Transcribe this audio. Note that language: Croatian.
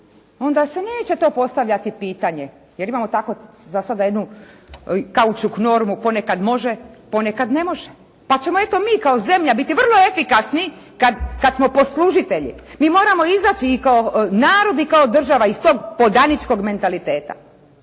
onda se neće to postavljati pitanje, jer imamo tako za sada jednu kaučuk normu “ponekad može, ponekad ne može“, pa ćemo eto mi kao zemlja biti vrlo efikasni kad smo poslužitelji. Mi moramo izaći i kao narod i kao država iz tog podaničkog mentaliteta